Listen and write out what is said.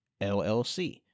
llc